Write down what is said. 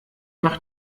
mach